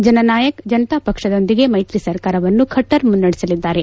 ಜನನಾಯಕ್ ಜನತಾ ಪಕ್ಷದೊಂದಿಗೆ ಮ್ನೆತ್ರಿ ಸರ್ಕಾರವನ್ನು ಖಟ್ಟರ್ ಮುನ್ನಡೆಸಲಿದ್ದಾರೆ